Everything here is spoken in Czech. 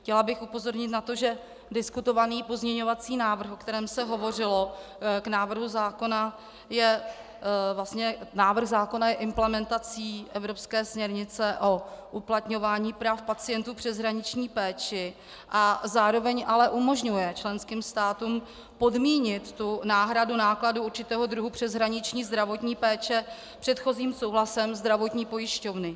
Chtěla bych upozornit na to, že diskutovaný pozměňovací návrh, o kterém se hovořilo k návrhu zákona návrh zákona je implementací evropské směrnice o uplatňování práv pacientů v přeshraniční péči, zároveň ale umožňuje členským státům podmínit náhradu nákladů určitého druhu přeshraniční zdravotní péče předchozím souhlasem zdravotní pojišťovny.